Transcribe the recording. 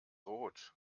rot